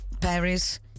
Paris